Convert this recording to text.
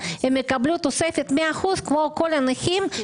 לקבל קצבת נכות.